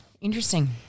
Interesting